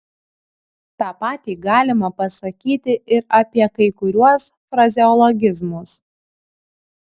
tą patį galima pasakyti ir apie kai kuriuos frazeologizmus